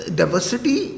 diversity